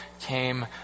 came